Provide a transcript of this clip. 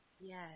Yes